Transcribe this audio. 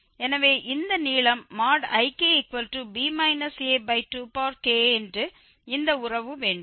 எனவே இந்த நீளம் Ikb a2k என்று இந்த உறவு வேண்டும்